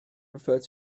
referred